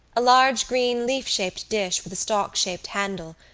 a large green leaf-shaped dish with a stalk-shaped handle,